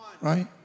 Right